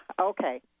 okay